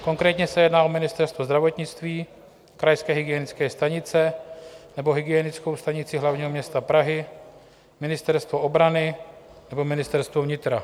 Konkrétně se jedná o Ministerstvo zdravotnictví, krajské hygienické stanice nebo Hygienickou stanici hlavního města Prahy, Ministerstvo obrany nebo Ministerstvo vnitra.